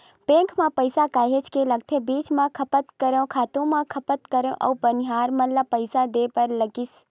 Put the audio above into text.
खेती म पइसा काहेच के लगथे बीज म खपत करेंव, खातू म खपत करेंव अउ बनिहार मन ल पइसा देय बर लगिस